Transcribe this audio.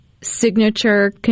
signature